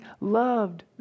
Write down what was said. loved